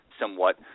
somewhat